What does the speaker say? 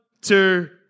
two